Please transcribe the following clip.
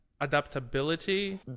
adaptability